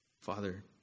Father